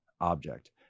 object